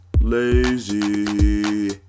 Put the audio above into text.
Lazy